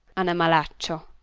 anemalaccio.